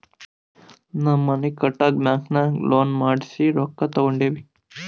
ನಮ್ಮ್ಗ್ ಮನಿ ಕಟ್ಟಾಕ್ ಬ್ಯಾಂಕಿನಾಗ ಲೋನ್ ಮಾಡ್ಸಿ ರೊಕ್ಕಾ ತೊಂಡಿವಿ